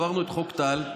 עברנו את חוק טל,